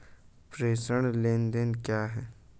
प्रेषण लेनदेन क्या है?